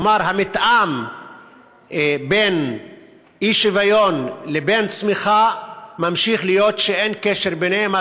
כלומר המתאם בין אי-שוויון לבין צמיחה ממשיך להיות כזה שאין קשר ביניהם.